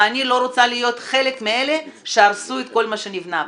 ואני לא רוצה להיות חלק מאלה שהרסו את כל מה שנבנה פה.